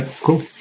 Cool